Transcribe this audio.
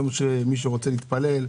מי שרוצה להתפלל,